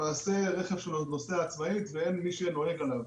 למעשה, רכב שנוסע עצמאית ואין מי שנוהג בו.